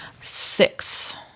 six